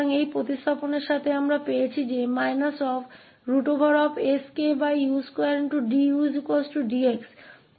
तो इस प्रतिस्थापन के साथ हमें वह sku2dudx मिला और यहां एक कारक है sku2